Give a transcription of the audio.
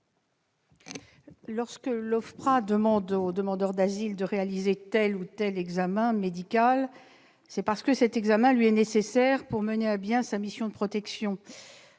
Lorsque l'OFPRA demande au demandeur d'asile de réaliser un examen médical, c'est parce qu'il lui est nécessaire pour mener à bien sa mission de protection.